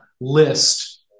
list